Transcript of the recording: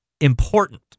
important